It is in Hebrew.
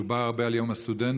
דובר הרבה על יום הסטודנט,